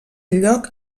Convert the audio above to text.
lloc